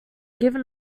given